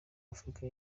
afurika